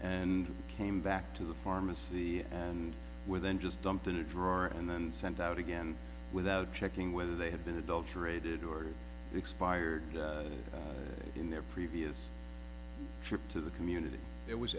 and came back to the pharmacy and were then just dumped in a drawer and then sent out again without checking whether they had been adulterated or expired in their previous trip to the community there was